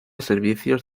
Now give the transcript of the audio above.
servicios